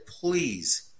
please